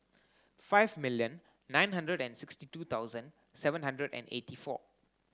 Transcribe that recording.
five million nine hundred and sixty two thousand seven hundred and eighty four